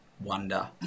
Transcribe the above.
wonder